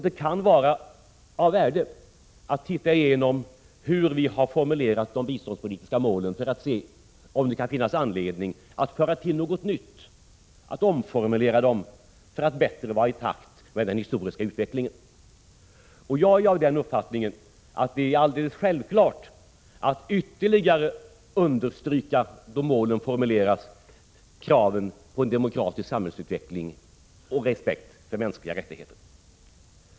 Det kan vara av värde att se igenom hur vi har formulerat de biståndspolitiska målen för att se om det finns anledning att föra till något nytt och omformulera målen så att de kommer bättre i takt med den historiska utvecklingen. Jag är av den uppfattningen att det är helt självklart att, när målen formuleras, ytterligare understryka kraven på en demokratisk samhällsut veckling och respekt för mänskliga rättigheter.